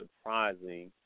surprising